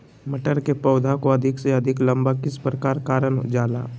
मटर के पौधा को अधिक से अधिक लंबा किस प्रकार कारण जाला?